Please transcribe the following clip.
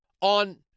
on